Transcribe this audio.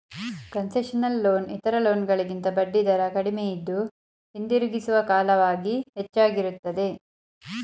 concessional loan ಇತರ loan ಗಳಿಗಿಂತ ಬಡ್ಡಿದರ ಕಡಿಮೆಯಿದ್ದು, ಹಿಂದಿರುಗಿಸುವ ಕಾಲವಾಗಿ ಹೆಚ್ಚಾಗಿರುತ್ತದೆ